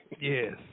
Yes